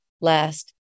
last